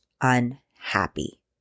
unhappy